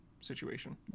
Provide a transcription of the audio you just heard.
situation